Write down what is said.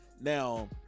Now